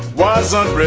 was on